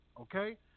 okay